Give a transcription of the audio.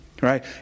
Right